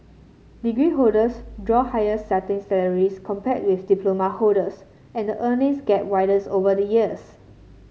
degree holders draw higher starting salaries compared with diploma holders and the earnings gap widens over the years